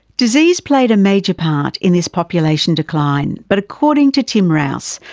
disease played a major part in this population decline but according to tim rowse,